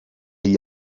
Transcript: gli